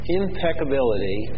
impeccability